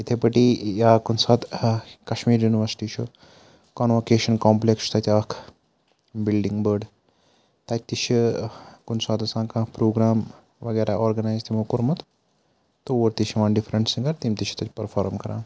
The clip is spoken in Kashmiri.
یِتھَے پٲٹھی یا کُنہِ ساتہٕ کَشمیٖر یونیورسٹی چھُ کَنووکیشَن کَمپٕلٮ۪کٕس چھُ تَتہِ اَکھ بِلڈِنٛگ بٔڑ تَتہِ تہِ چھِ کُنہِ ساتہٕ آسان کانٛہہ پرٛوگرام وَغیرہ آرگنایز تِمو کوٚرمُت تور تہِ چھِ یِوان ڈِفرنٛٹ سِنٛگَر تِم تہِ چھِ تَتہِ پٔرفارم کَران